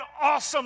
awesome